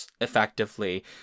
effectively